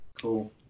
Cool